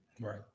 Right